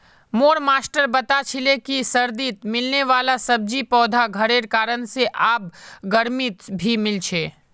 मोर मास्टर बता छीले कि सर्दित मिलने वाला सब्जि पौधा घरेर कारण से आब गर्मित भी मिल छे